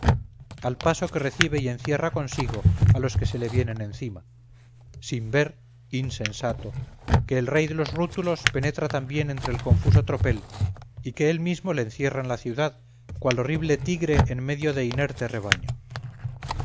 al paso que recibe y encierra consigo a los que se le vienen encima sin ver insensato que el rey de los rútulos penetra también entre el confuso tropel y que él mismo le encierra en la ciudad cual horrible tigre en medio de inerte rebaño